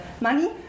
money